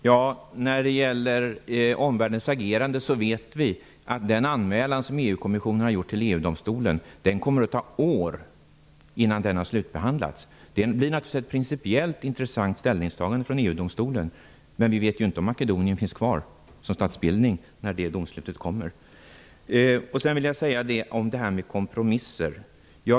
Fru talman! När det gäller omvärldens agerande vet vi att det kommer att dröja år innan den anmälan som EU-kommissionen har gjort till EU-domstolen slutbehandlas. Det blir naturligtvis ett principiellt intressant ställningstagande från EU-domstolen, men vi vet inte om Makedonien finns kvar som statsbildning när det domslutet kommer. Beträffande kompromisser vill jag säga följande.